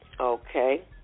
Okay